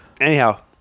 Anyhow